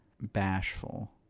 bashful